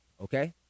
okay